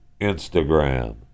Instagram